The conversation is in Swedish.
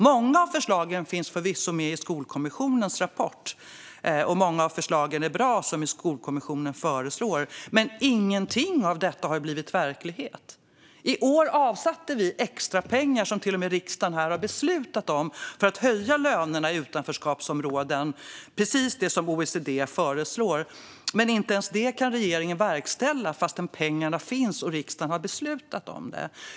Många av förslagen finns förvisso med i Skolkommissionens rapport, och många av Skolkommissionens förslag är bra. Men ingenting av detta har blivit verklighet. I år avsatte vi extra pengar, som till och med riksdagen har beslutat om, för att höja lönerna i utanförskapsområden - precis det som OECD föreslår. Men inte ens det kan regeringen verkställa fastän pengarna finns och riksdagen har beslutat om det.